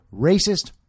racist